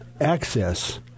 access